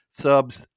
subs